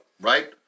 right